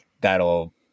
that'll